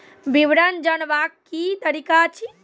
विवरण जानवाक की तरीका अछि?